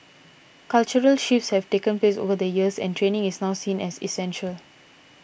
cultural shifts have taken place over the years and training is now seen as essential